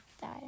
die